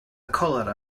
colera